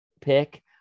pick